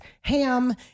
ham